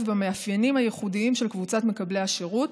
במאפיינים הייחודיים של קבוצת מקבלי השירות,